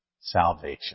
salvation